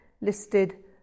listed